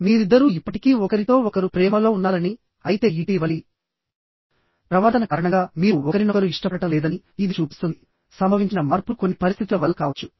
మీరిద్దరూ ఇప్పటికీ ఒకరితో ఒకరు ప్రేమలో ఉన్నారని అయితే ఇటీవలి ప్రవర్తన కారణంగా మీరు ఒకరినొకరు ఇష్టపడటం లేదని ఇది చూపిస్తుంది సంభవించిన మార్పులు కొన్ని పరిస్థితుల వల్ల కావచ్చు